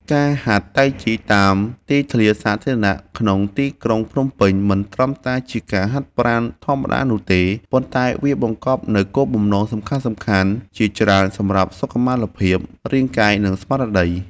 ការហាត់តៃជីតាមទីធ្លាសាធារណៈក្នុងទីក្រុងភ្នំពេញ មិនត្រឹមតែជាការហាត់ប្រាណធម្មតានោះទេ ប៉ុន្តែវាបង្កប់នូវគោលបំណងសំខាន់ៗជាច្រើនសម្រាប់សុខុមាលភាពរាងកាយ និងស្មារតី។